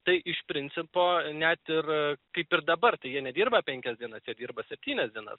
tai iš principo net ir kaip ir dabar tai jie nedirba penkias dienas jie dirba septynias dienas